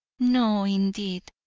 no indeed,